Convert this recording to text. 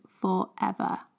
forever